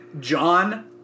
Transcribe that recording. John